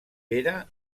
pere